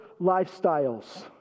lifestyles